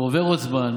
טוב, עובר עוד זמן.